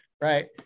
right